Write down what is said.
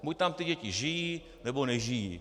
Buď tam ty děti žijí, nebo nežijí.